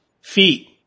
feet